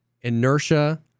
Inertia